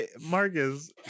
Marcus